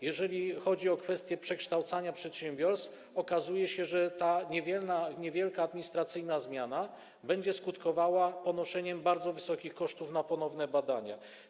Jeżeli chodzi o kwestie przekształcania przedsiębiorstw, okazuje się, że ta niewielka administracyjna zmiana będzie skutkowała ponoszeniem bardzo wysokich kosztów na ponowne badania.